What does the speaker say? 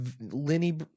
Lenny